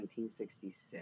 1966